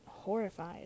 horrified